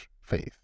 faith